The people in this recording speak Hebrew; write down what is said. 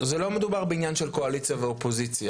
זה לא מדובר בעניין של קואליציה ואופוזיציה.